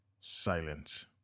silence